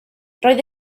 roedd